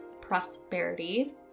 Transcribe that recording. prosperity